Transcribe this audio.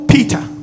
Peter